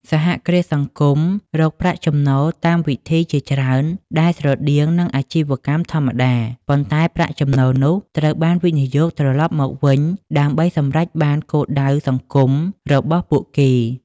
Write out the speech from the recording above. សហគ្រាសសង្គមរកប្រាក់ចំណូលតាមវិធីជាច្រើន ដែលស្រដៀងនឹងអាជីវកម្មធម្មតា ប៉ុន្តែប្រាក់ចំណូលនោះត្រូវបានវិនិយោគត្រឡប់មកវិញដើម្បីសម្រេចបានគោលដៅសង្គមរបស់ពួកគេ។